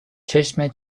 چشم